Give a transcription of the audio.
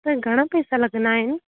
त घणा पेसा लॻंदा आहिनि